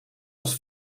als